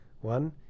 One